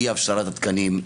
אי הפשרת תקנים,